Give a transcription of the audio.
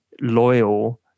loyal